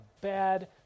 bad